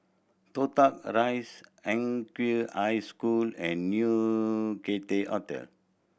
Toh Tuck Rise High School and New Cathay Hotel